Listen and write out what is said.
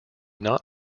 not